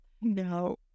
No